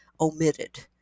omitted